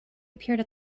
appeared